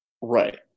Right